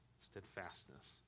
Steadfastness